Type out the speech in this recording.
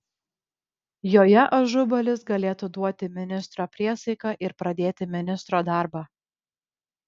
joje ažubalis galėtų duoti ministro priesaiką ir pradėti ministro darbą